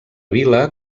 vila